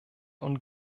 und